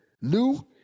new